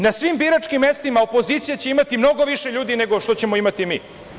Na svim biračkim mestima opozicija će imati mnogo više ljudi nego što ćemo imati mi.